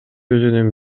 өзүнүн